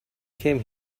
came